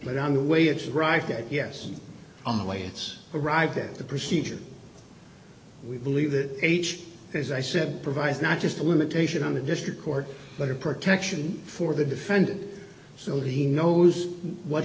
but on the way it's right that yes on the way it's arrived at the procedure we believe that h as i said provides not just a limitation on a district court but a protection for the defendant so he knows what